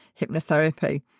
hypnotherapy